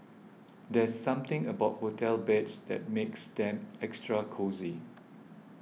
there's something about hotel beds that makes them extra cosy